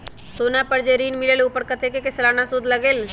सोना पर जे ऋन मिलेलु ओपर कतेक के सालाना सुद लगेल?